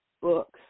books